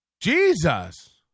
Jesus